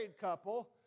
couple